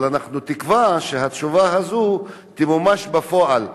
אבל אנחנו תקווה שהתשובה הזאת תמומש בפועל,